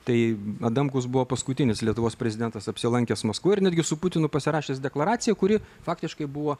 tai adamkus buvo paskutinis lietuvos prezidentas apsilankęs maskvoje ir netgi su putinu pasirašęs deklaraciją kuri faktiškai buvo